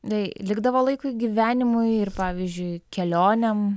tai likdavo laikui gyvenimui ir pavyzdžiui kelionėm